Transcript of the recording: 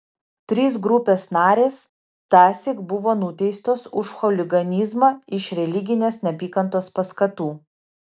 trys grupės narės tąsyk buvo nuteistos už chuliganizmą iš religinės neapykantos paskatų